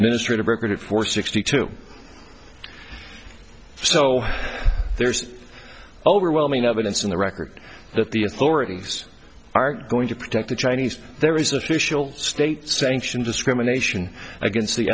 ministry to record it for sixty two so there is overwhelming evidence in the record that the authorities are going to protect the chinese there is an official state sanctioned discrimination against the